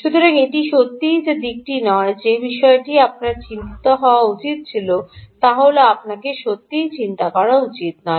সুতরাং এটি সত্যই যে দিকটি নয় যে বিষয়ে আপনার চিন্তিত হওয়া উচিত তা হল আপনাকে সত্যই চিন্তা করা উচিত নয়